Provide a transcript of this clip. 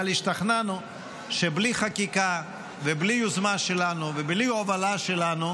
אבל השתכנענו שבלי חקיקה ובלי יוזמה שלנו ובלי הובלה שלנו,